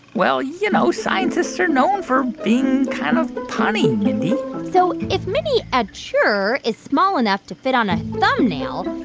well, you know, scientists are known for being kind of punny, mindy so if mini ature is small enough to fit on a thumbnail,